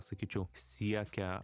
sakyčiau siekia